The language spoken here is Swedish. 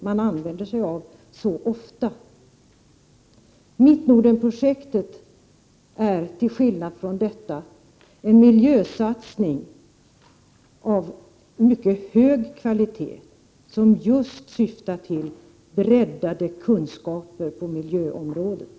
Mittnordenprojektet är till skillnad från detta en miljösatsning av mycket hög kvalitet som just syftar till breddade kunskaper på miljöområdet.